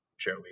Joey